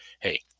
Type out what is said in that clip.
hey